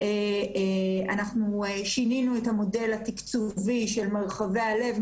אנחנו שינינו את המודל התקצובי של מרחבי הלב,